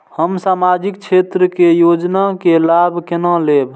हम सामाजिक क्षेत्र के योजना के लाभ केना लेब?